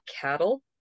cattle